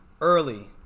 early